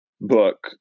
book